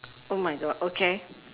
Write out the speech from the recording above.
oh my god okay